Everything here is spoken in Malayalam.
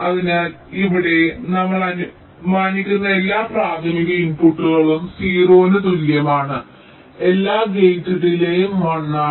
അതിനാൽ ഇവിടെ നമ്മൾ അനുമാനിക്കുന്നു എല്ലാ പ്രാഥമിക ഇൻപുട്ടുകളും 0 ന് തുല്യമാണ് എല്ലാ ഗേറ്റ് ഡിലേയ് 1